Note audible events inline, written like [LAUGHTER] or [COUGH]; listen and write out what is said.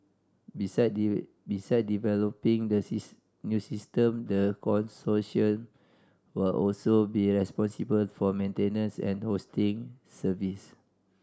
beside [UNINTELLIGIBLE] beside developing the [UNINTELLIGIBLE] new system the consortium will also be responsible for maintenance and hosting service